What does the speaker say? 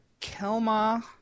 Kelma